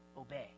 obey